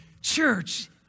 church